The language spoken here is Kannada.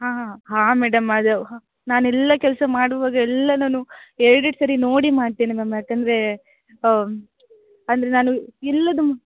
ಹಾಂ ಹಾಂ ಹಾಂ ಮೇಡಮ್ ಅದು ನಾನೆಲ್ಲ ಕೆಲಸ ಮಾಡುವಾಗ ಎಲ್ಲ ನಾನು ಎರಡೆರಡು ಸಾರಿ ನೋಡಿ ಮಾಡ್ತೇನೆ ಮ್ಯಾಮ್ ಯಾಕಂದರೆ ಅಂದರೆ ನಾನು ಇಲ್ಲದ